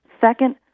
Second